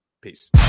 Peace